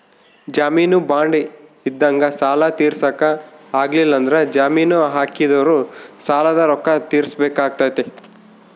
ಜಾಮೀನು ಬಾಂಡ್ ಇದ್ದಂಗ ಸಾಲ ತೀರ್ಸಕ ಆಗ್ಲಿಲ್ಲಂದ್ರ ಜಾಮೀನು ಹಾಕಿದೊರು ಸಾಲದ ರೊಕ್ಕ ತೀರ್ಸಬೆಕಾತತೆ